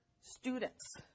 students